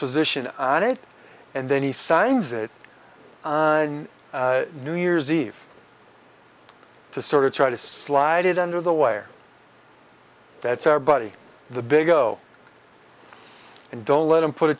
position on it and then he signs it on new years eve to sort of try to slide it under the wire that's our buddy the big oh and don't let him put a